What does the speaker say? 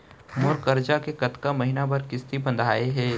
मोर करजा के कतका महीना बर किस्ती बंधाये हे?